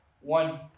One